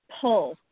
pull